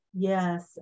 Yes